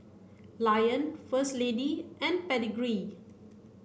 Lion First Lady and Pedigree